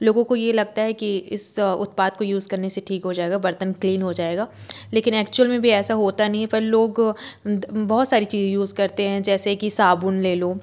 लोगों को ये लगता है कि इस उत्पाद को यूज करने से ठीक हो जाएगा बर्तन क्लीन हो जाएगा लेकिन एक्चुअल में भी ऐसा होता नहीं है पर लोग बहुत सारी चीज़ें यूज करते है जैसे कि साबुन ले लो